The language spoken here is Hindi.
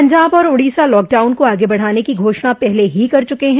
पंजाब और ओडिशा लॉकडाउन को आगे बढ़ाने की घोषणा पहले ही कर चुके हैं